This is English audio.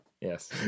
yes